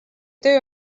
töö